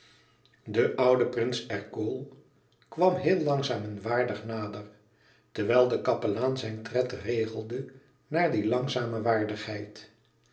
de oude prins ercole kwam heel langzaam en waardig nader terwijl de kapelaan zijn tred regelde naar die langzame waardigheid